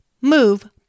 move